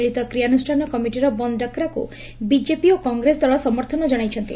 ମିଳିତ କ୍ରିୟାନୁଷ୍ଠାନ କମିଟିର ବନ୍ଦ ଡାକରାକୁ ବିଜେପି ଓ କଂଗ୍ରେସ ଦଳ ସମର୍ଥନ ଜଣାଇଛନ୍ତି